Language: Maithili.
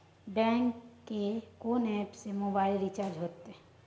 बैंक के कोन एप से मोबाइल रिचार्ज हेते?